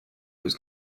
was